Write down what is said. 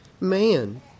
man